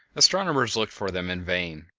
astronomers looked for them in vain,